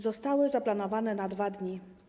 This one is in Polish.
Zostały zaplanowane na 2 dni.